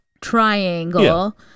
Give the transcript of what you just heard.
Triangle